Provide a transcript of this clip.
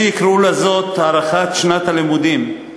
יש שיקראו לזאת הארכת שנת הלימודים,